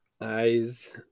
eyes